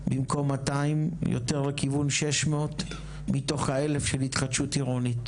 במקום 200 יותר לכיוון 600 מתוך האלף של התחדשות עירונית,